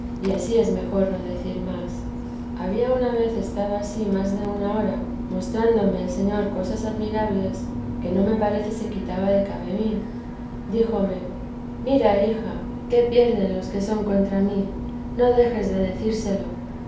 y ansí es mejor no decir más había una vez estado ansí más de una hora mostrándome el señor cosas admirables que no me parece se quitaba de cabe mí díjome mira hija qué pierden los que son contra mí no dejes de decírselo